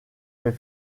fait